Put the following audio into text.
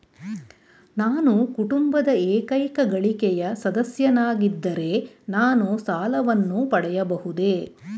ನಾನು ಕುಟುಂಬದ ಏಕೈಕ ಗಳಿಕೆಯ ಸದಸ್ಯನಾಗಿದ್ದರೆ ನಾನು ಸಾಲವನ್ನು ಪಡೆಯಬಹುದೇ?